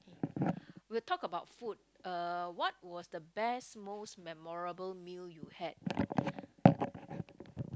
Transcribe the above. we'll talk about food uh what was the best most memorable meal you had